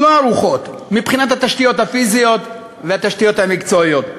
לא ערוכות מבחינת התשתיות הפיזיות והתשתיות המקצועיות.